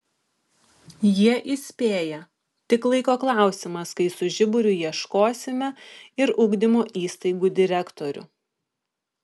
jie įspėja tik laiko klausimas kai su žiburiu ieškosime ir ugdymo įstaigų direktorių